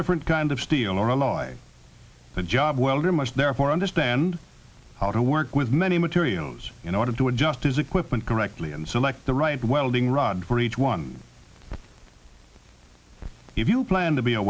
different kind of steel or ally the job welder must therefore understand how to work with many materials in order to adjust his equipment correctly and select the right welding rod for each one if you plan to be a